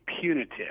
punitive